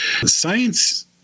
science